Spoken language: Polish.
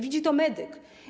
Widzi to medyk.